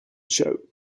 show